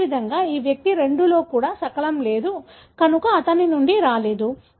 అదేవిధంగా ఈ వ్యక్తి 2 లో ఈ శకలం లేదు కనుక అతని నుండి రాలేదు